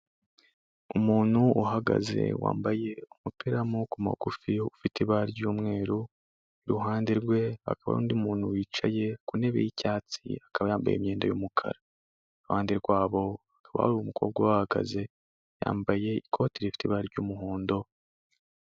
Umuntu uhagaze wambaye umupira w'amaboko magufi ufite ibara ry'umweru, iruhande rwe haba undi muntu wicaye ku ntebe y'icyatsi akaba yambaye imyenda y'umukara iruhande rwabo hakaba umukobwa uhagaze, yambaye ikoti rifite ibara ry'umuhondo.